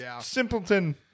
simpleton